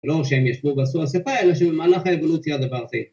‫לא שהם ישבו ועשו אסיפה, ‫אלא שבמהלך האבולוציה הדבר...